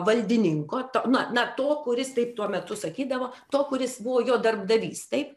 valdininko to na na to kuris taip tuo metu sakydavo to kuris buvo jo darbdavys taip